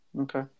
okay